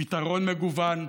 פתרון מגוון,